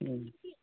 ᱦᱩᱸ